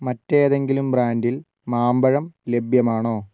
മറ്റേതെങ്കിലും ബ്രാൻഡിൽ മാമ്പഴം ലഭ്യമാണോ